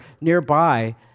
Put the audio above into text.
nearby